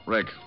Rick